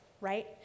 right